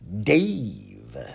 Dave